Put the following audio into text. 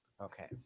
Okay